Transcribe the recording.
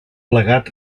plegat